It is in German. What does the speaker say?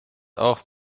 auch